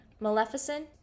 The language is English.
Maleficent